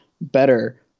better